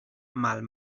mal